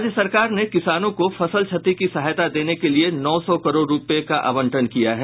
राज्य सरकार ने किसानों को फसल क्षति की सहायता देने के लिये नौ सौ करोड़ रूपये का आवंटन किया है